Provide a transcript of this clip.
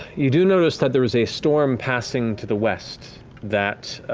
you do notice that there is a storm passing to the west that